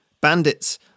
Bandits